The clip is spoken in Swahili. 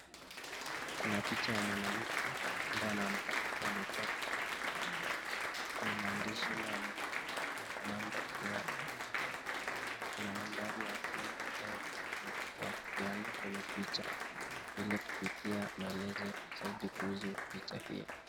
Kuna picha ya mwanamke, ambaye ameonekana kuwa amechoka kuna maa dishi inaelezea namba fulani, kuna nambari ya simu ambayo imepeanwa kwenye picha ili kufikia maelezo zaidi kuhusu picha hio.